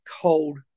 cold